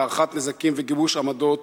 "להערכת נזקים וגיבוש עמדות.